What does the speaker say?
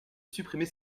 supprimer